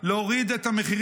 להוריד את המחירים.